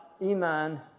Iman